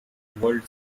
world